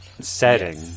setting